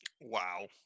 Wow